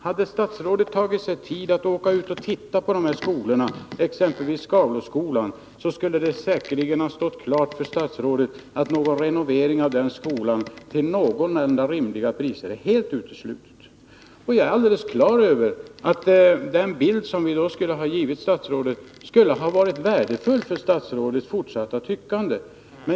Hade statsrådet tagit sig tid att åka ut och titta på de här skolorna, exempelvis Skauloskolan, så skulle det säkerligen ha stått klart för statsrådet | att någon renovering av den skolan till någorlunda rimliga priser är helt utesluten. Jag är alldeles klar över att den bild vi då hade givit statsrådet skulle ha varit värdefull för statsrådets fortsatta tyckande.